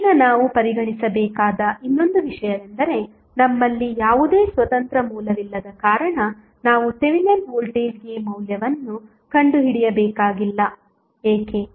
ಈಗ ನಾವು ಪರಿಗಣಿಸಬೇಕಾದ ಇನ್ನೊಂದು ವಿಷಯವೆಂದರೆ ನಮ್ಮಲ್ಲಿ ಯಾವುದೇ ಸ್ವತಂತ್ರ ಮೂಲವಿಲ್ಲದ ಕಾರಣ ನಾವು ಥೆವೆನಿನ್ ವೋಲ್ಟೇಜ್ಗೆ ಮೌಲ್ಯವನ್ನು ಕಂಡುಹಿಡಿಯಬೇಕಾಗಿಲ್ಲ ಏಕೆ